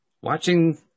watching